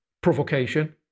provocation